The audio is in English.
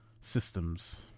systems